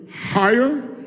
higher